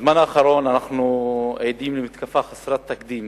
בזמן האחרון אנחנו עדים למתקפה חסרת תקדים